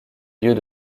lieux